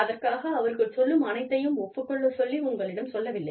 அதற்காக அவர்கள் சொல்லும் அனைத்தையும் ஒப்புக் கொள்ளச் சொல்லி உங்களிடம் சொல்லவில்லை